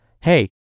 hey